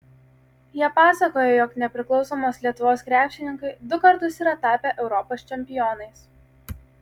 jie pasakoja jog nepriklausomos lietuvos krepšininkai du kartus yra tapę europos čempionais